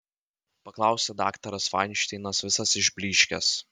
paklausė daktaras fainšteinas visas išblyškęs